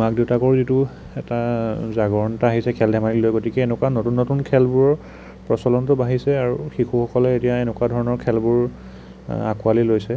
মাক দেউতাকৰ যিটো এটা জাগৰণ এটা আহিছে খেল ধেমালিক লৈ গতিকে এনেকুৱা নতুন নতুন খেলবোৰৰ প্ৰচলনটো বাঢ়িছে আৰু শিশুসকলে এতিয়া এনেকুৱা ধৰণৰ খেলবোৰ আঁকোৱালি লৈছে